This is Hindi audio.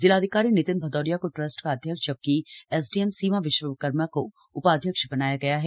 जिलाधिकारी नितिन भदौरिया को ट्रस्ट का अध्यक्ष जबकि एसडीएम सीमा विश्वकर्मा को उपाध्यक्ष बनाया गया है